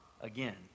again